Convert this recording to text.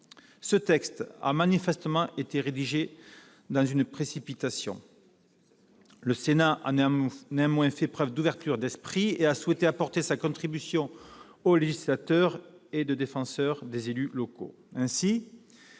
Ce texte a manifestement été rédigé dans la précipitation. Le Sénat a néanmoins fait preuve d'ouverture d'esprit et a souhaité apporter sa contribution de législateur et de défenseur des élus locaux.